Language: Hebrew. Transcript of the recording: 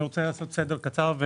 אני רוצה לעשות סדר קצר,